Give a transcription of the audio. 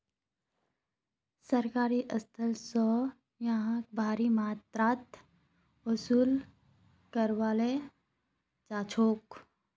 सरकारी स्थल स यहाक भारी मात्रात वसूल कराल जा छेक